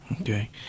Okay